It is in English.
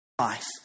Life